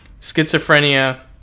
schizophrenia